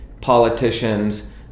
politicians